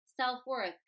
self-worth